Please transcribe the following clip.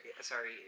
sorry